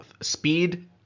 speed